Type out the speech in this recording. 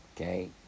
Okay